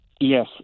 yes